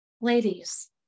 Ladies